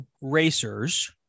racers